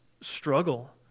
struggle